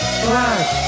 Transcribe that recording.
black